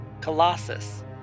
Colossus